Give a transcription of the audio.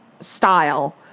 style